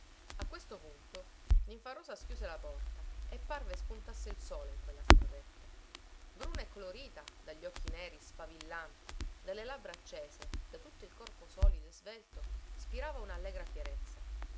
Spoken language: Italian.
a questo punto ninfarosa schiuse la porta e parve spuntasse il sole in quella stradetta bruna e colorita dagli occhi neri sfavillanti dalle labbra accese da tutto il corpo solido e svelto spirava una allegra fierezza